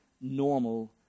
normal